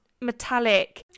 metallic